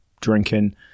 drinking